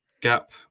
gap